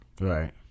Right